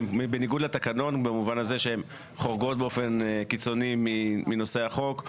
בניגוד לתקנון במובן הזה שהם חורגות באופן קיצוני מנושאי החוק,